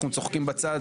אנחנו צוחקים בצד,